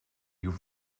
you